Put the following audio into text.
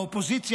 האופוזיציה,